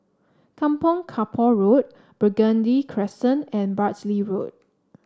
Kampong Kapor Road Burgundy Crescent and Bartley Road